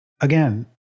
again